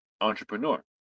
entrepreneur